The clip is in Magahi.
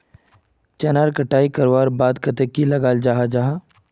चनार कटाई करवार बाद की लगा जाहा जाहा?